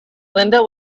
lynda